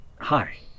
hi